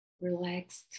relaxed